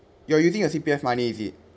you are using your C_P_F money is it